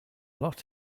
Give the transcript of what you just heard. lot